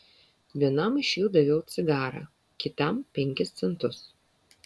vienam iš jų daviau cigarą kitam penkis centus